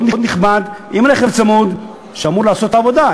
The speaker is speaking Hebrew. מאוד נכבד, עם רכב צמוד, שאמור לעשות את העבודה.